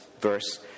verse